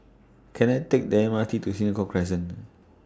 Can I Take The M R T to Senoko Crescent